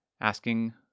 asking